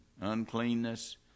uncleanness